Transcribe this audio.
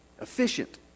efficient